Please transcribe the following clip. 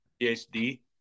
PhD